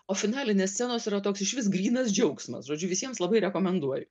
o finalinės scenos yra toks išvis grynas džiaugsmas žodžiu visiems labai rekomenduoju